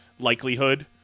likelihood